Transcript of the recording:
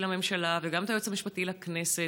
לממשלה וגם את היועץ המשפטי לכנסת.